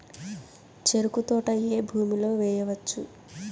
చెరుకు తోట ఏ భూమిలో వేయవచ్చు?